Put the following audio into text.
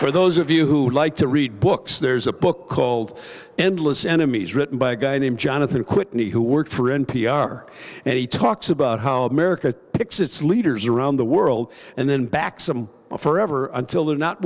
for those of you who like to read books there's a book called endless enemies written by a guy named jonathan quittner who work for n p r and he talks about how america picks its leaders around the world and then back some forever until they're not